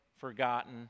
forgotten